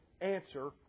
answer